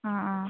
ꯑꯥ ꯑꯥ